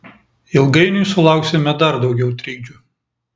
ilgainiui sulauksime dar daugiau trikdžių